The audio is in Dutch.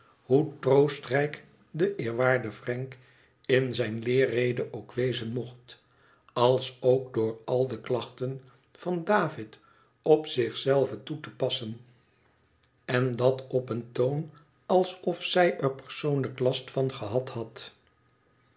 hoe troostrijk de eerwaarde frank in zijne leerrede ook wezen mocht alsook door al de klachten van david op zich zelve toe te passen en dat op een toon alsof zij er persoonlijk last van gehad had